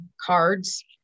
cards